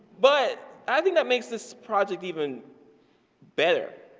but i think that makes this project even better.